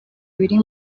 biri